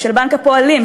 של בנק הפועלים,